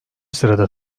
sırada